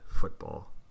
football